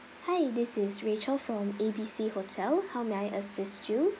hi this is rachel from A B C hotel how may I assist you